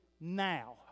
now